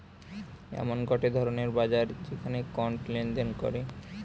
এমন গটে ধরণের বাজার যেখানে কন্ড লেনদেন করে